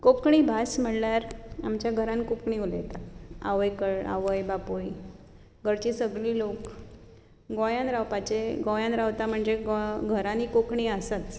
कोंकणी भास म्हणल्यार आमच्या घरांत कोंकणी उलयता आवय कळ्ळ आवय बापूय घरचीं सगलीं लोक गोंयांत रावपाचें गोंयांत रावता म्हणजे घरांनी कोंकणी आसाच